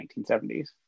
1970s